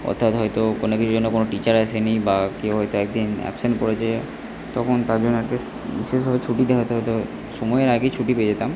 অর্থাৎ হয়তো কোনো কিছুর জন্য কোনো টিচার আসেনি বা কেউ হয়তো এক দিন অ্যাবসেন্ট করেছে তখন তার জন্য একটা বিশেষ ভাবে ছুটি দেওয়া হতো হয়তো সময়ের আগেই ছুটি পেয়ে যেতাম